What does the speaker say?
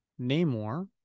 Namor